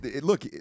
Look